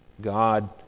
God